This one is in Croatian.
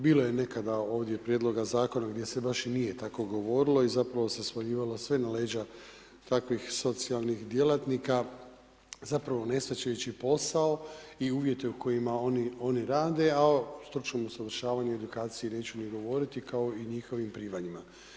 Bilo je nekada ovdje prijedloga zakona gdje se baš i nije tako govorilo i zapravo se svaljivalo sve na leđa takvih socijalnih djelatnika zapravo ne shvaćajući posao i uvjete u kojima oni rade a o stručnom usavršavanju i edukaciji neću ni govoriti kao i njihovim primanjima.